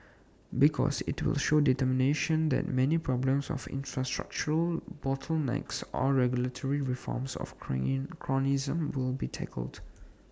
because IT will show determination that many problems of infrastructural bottlenecks of regulatory reforms of cronyism will be tackled